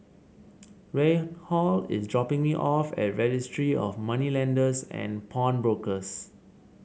Reinhold is dropping me off at Registry of Moneylenders and Pawnbrokers